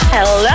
Hello